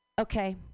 Okay